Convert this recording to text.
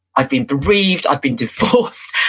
i've been bereaved, i've been divorced,